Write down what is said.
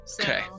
Okay